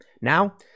Now